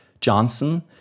Johnson